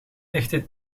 echte